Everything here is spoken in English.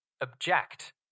object